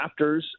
Raptors